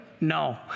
No